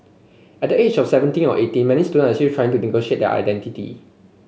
at the age of seventeen or eighteen many student are still trying to negotiate their identity